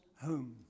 home